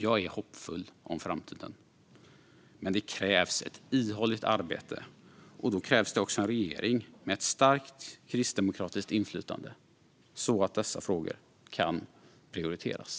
Jag är hoppfull om framtiden, men det krävs ett uthålligt arbete. Det krävs också en regering med ett starkt kristdemokratiskt inflytande så att dessa frågor kan prioriteras.